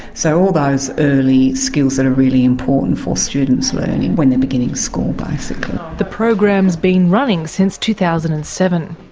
so all those early skills that are really important for students' learning when they're beginning school basically. the program has been running since two thousand and seven.